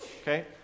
Okay